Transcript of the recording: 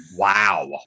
Wow